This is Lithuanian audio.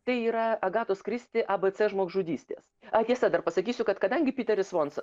tai yra agatos kristi a b c žmogžudystės ai tiesa dar pasakysiu kad kadangi piteris svonsonas